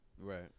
Right